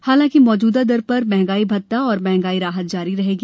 हालांकि मौजूदा दर पर मंहगाई भत्ता और मंहगाई राहत जारी रहेगा